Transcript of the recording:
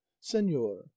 Senor